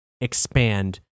expand